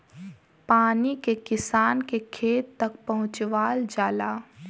पानी के किसान के खेत तक पहुंचवाल जाला